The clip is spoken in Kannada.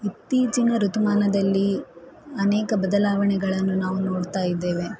ಇತ್ತೀಚಿನ ಋತುಮಾನದಲ್ಲಿ ಅನೇಕ ಬದಲಾವಣೆಗಳನ್ನು ನಾವು ನೋಡ್ತಾ ಇದ್ದೇವೆ